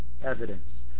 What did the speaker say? evidence